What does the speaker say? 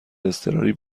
اضطراری